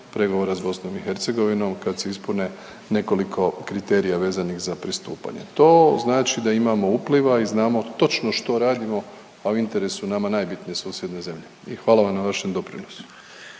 pregovora s BiH kad se ispune nekoliko kriterija vezanih za pristupanje. To znači da imamo upliva i znamo točno što radimo, a u interesu nama najbitnije susjedne zemlje. I hvala vam na vašem doprinosu.